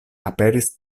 aperis